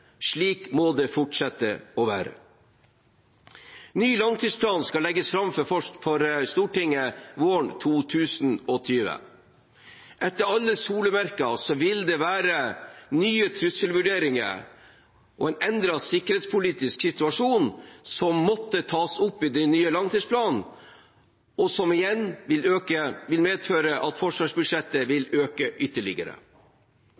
Slik må det fortsette å være. Ny langtidsplan skal legges fram for Stortinget våren 2020. Etter alle solemerker vil det være nye trusselvurderinger og en endret sikkerhetspolitisk situasjon, som må tas opp i den nye langtidsplanen, og som igjen vil medføre at forsvarsbudsjettet